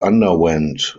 underwent